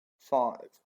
five